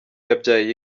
yabyaye